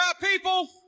people